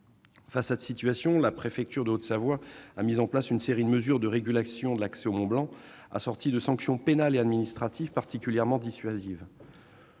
Face à cette situation, la préfecture de Haute-Savoie a mis en place une série de mesures de régulation de l'accès au mont Blanc assorties de sanctions pénales et administratives particulièrement dissuasives.